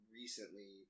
recently